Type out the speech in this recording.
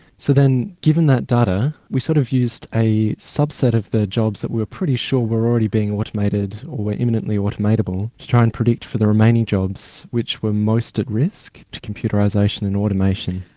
so then given that data we sort of used a subset of the jobs that we were pretty sure were already being automated or wear imminently automatable to try and predict for the remaining jobs which were most at risk to computerisation and automation.